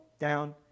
down